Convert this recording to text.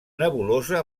nebulosa